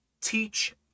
teach